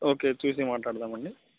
okay చూసి మాట్లాడదామండి